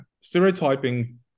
stereotyping